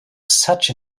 such